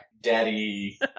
daddy